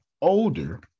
older